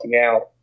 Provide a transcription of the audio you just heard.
out